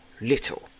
little